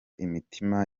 imitima